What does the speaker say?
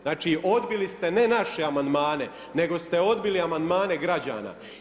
Znači odbili ste ne naše amandmane nego ste odbili amandmane građana.